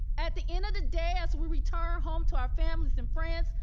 at the end of the day, as we retire home to our families and friends,